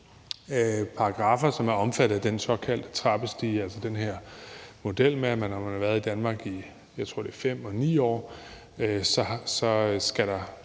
paragraffer, som er omfattet af den såkaldte trappestigemodel, altså den her model, der siger, at når man har været i Danmark, jeg tror, det er 5 og 9 år, skal der